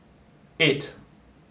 eight